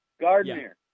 Gardner